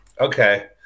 Okay